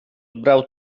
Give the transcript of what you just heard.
brał